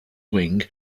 wing